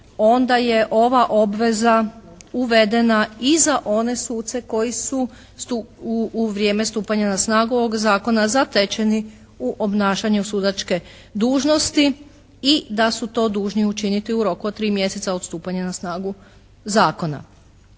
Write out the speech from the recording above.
onda je ova obveza uvedena i za one suce koji su u vrijeme stupanja na snagu ovog Zakona zatečeni u obnašanju sudačke dužnosti i da su to dužni učiniti u roku od 3 mjeseca od stupanja na snagu zakona.